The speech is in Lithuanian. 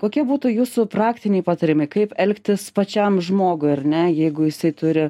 kokie būtų jūsų praktiniai patarimai kaip elgtis pačiam žmogui ar ne jeigu jisai turi